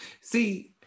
See